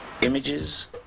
Images